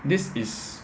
this is